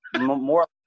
more